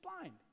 blind